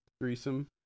threesome